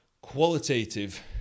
Qualitative